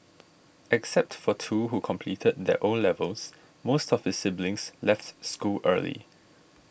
except for two who completed their O levels most of his siblings left school early